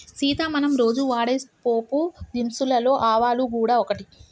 సీత మనం రోజు వాడే పోపు దినుసులలో ఆవాలు గూడ ఒకటి